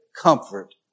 comfort